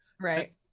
right